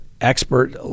expert